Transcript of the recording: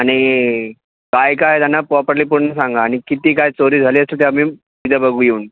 आणि काय काय त्यांना पॉपर्ली पूर्ण सांगा आणि किती काय चोरी झाली असेल ते आम्ही उद्या बघू येऊन